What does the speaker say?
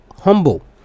humble